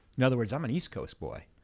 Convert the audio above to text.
in other words, i'm an east coast boy,